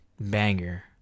banger